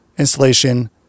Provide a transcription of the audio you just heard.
Installation